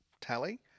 tally